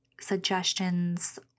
suggestions